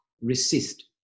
resist